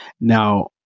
Now